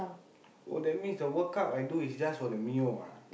oh that means the World Cup I do is just for the Mio ah